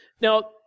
Now